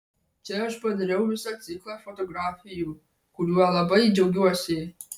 čia aš padariau visą ciklą fotografijų kuriuo labai džiaugiuosi